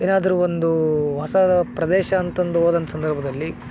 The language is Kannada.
ಏನಾದರು ಒಂದು ಹೊಸದ ಪ್ರದೇಶ ಅಂತಂದು ಹೋದಂಥ ಸಂದರ್ಭದಲ್ಲಿ